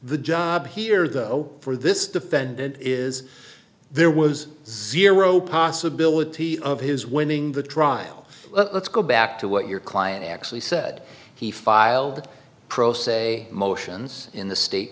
the job here though for this defendant is there was zero possibility of his winning the trial let's go back to what your client actually said he filed pro se motions in the state